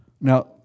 now